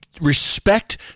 respect